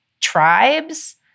tribes